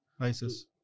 ISIS